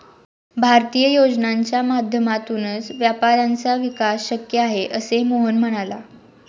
भारतीय योजनांच्या माध्यमातूनच व्यापाऱ्यांचा विकास शक्य आहे, असे मोहन म्हणाला